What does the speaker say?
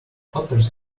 otters